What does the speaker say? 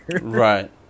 Right